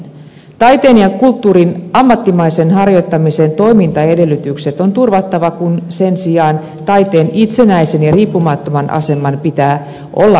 taiteen ja kulttuurin ammattimaisen harjoittamisen toimintaedellytykset on turvattava kun sen sijaan taiteen itsenäisen ja riippumattoman aseman pitää olla itsestäänselvyys